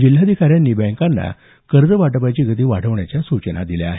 जिल्हाधिकाऱ्यांनी बँकांना कर्ज वाटपाची गती वाढवण्याच्या सूचना दिल्या आहेत